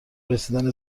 رسیدن